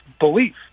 belief